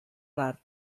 rar